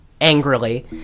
angrily